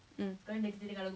mm